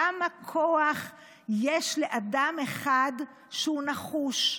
כמה כוח יש לאדם אחד שהוא נחוש,